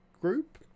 group